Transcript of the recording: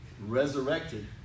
resurrected